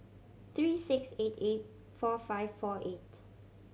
three six eight eight four five four eight